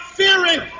fearing